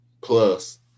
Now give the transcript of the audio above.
plus